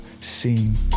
seen